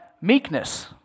Meekness